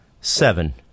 seven